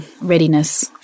readiness